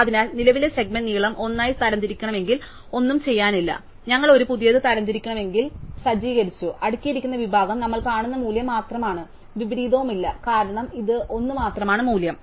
അതിനാൽ നിലവിലെ സെഗ്മെന്റ് നീളം 1 ആയി തരംതിരിക്കണമെങ്കിൽ ഒന്നും ചെയ്യാനില്ല ഞങ്ങൾ ഒരു പുതിയത് സജ്ജീകരിച്ചു അടുക്കിയിരിക്കുന്ന വിഭാഗം നമ്മൾ കാണുന്ന മൂല്യം മാത്രമാണ് വിപരീതവുമില്ല കാരണം ഇത് ഒന്ന് മാത്രമാണ് മൂല്യം